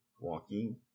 walking